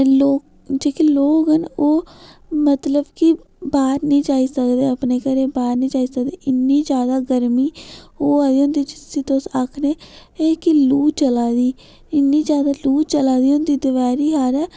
लोक जेह्के लोग न ओह् मतलब कि बाह्र नि जाई सकदे अपने घरै बाह्र नि जाई सकदे इन्नी ज्यादा गर्मी होआ दी होंदी जिसी तुस आक्खने कि लू चला दी इन्नी ज्यादा लू चलै दी होंदी दपैह्री हारै